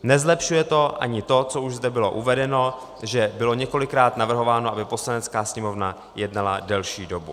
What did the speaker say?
Nezlepšuje to ani to, co už zde bylo uvedeno, že bylo několikrát navrhováno, aby Poslanecká sněmovna jednala delší dobu.